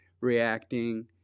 reacting